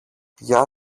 γεια